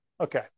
okay